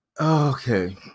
Okay